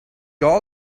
all